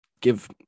give